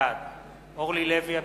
בעד אורלי לוי אבקסיס,